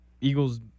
Eagles